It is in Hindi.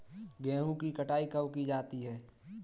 गेहूँ की कटाई कब की जाती है?